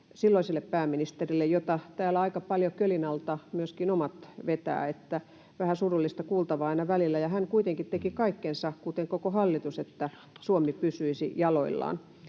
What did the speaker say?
silloiselle pääministerille, jota täällä aika paljon kölin alta myöskin omat vetävät — vähän surullista kuultavaa aina välillä — ja hän kuitenkin teki kaikkensa, kuten koko hallitus, että Suomi pysyisi jaloillaan.